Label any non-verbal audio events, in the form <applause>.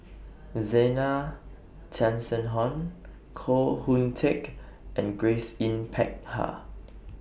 <noise> Zena <unintelligible> Koh Hoon Teck and Grace Yin Peck Ha